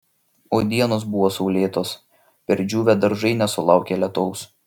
o dienos buvo saulėtos perdžiūvę daržai nesulaukė lietaus